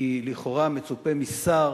כי לכאורה מצופה משר